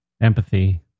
empathy